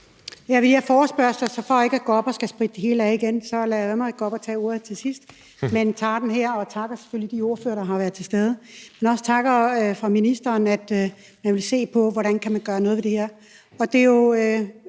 en forespørgsel, så for ikke at skulle gå op og spritte det hele af igen, så lader jeg være med at gå op og tage ordet til sidst, men tager det her, og jeg takker selvfølgelig de ordførere, der har været til stede. Men jeg siger også tak til ministeren for, at man vil se på, hvordan man kan gøre noget ved det her,